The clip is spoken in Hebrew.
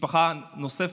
משפחה נוספת,